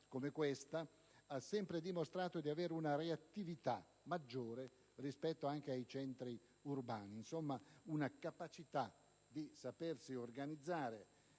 come questo, ha sempre dimostrato di avere una reattività maggiore rispetto ai centri urbani, una capacità di organizzarsi,